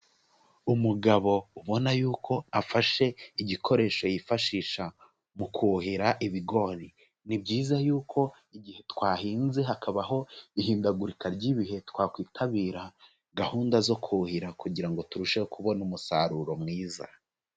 Umugabo ubona yuko afashe igikoresho yifashisha mu kuhira ibigori. Ni byiza yuko igihe twahinze hakabaho ihindagurika ry'ibihe, twakwitabira gahunda zo kuhira kugira ngo turusheho kubona umusaruro mwiza.